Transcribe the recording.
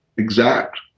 Exact